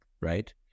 right